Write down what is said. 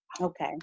Okay